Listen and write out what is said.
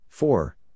Four